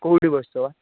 କେଉଁଠି ବସିଚ ବା